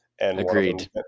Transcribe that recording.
Agreed